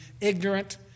ignorant